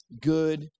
good